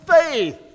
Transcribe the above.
faith